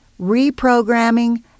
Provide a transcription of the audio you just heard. reprogramming